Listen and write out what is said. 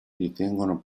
ritengono